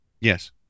Yes